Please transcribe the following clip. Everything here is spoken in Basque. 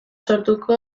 sortuko